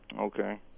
Okay